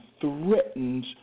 threatens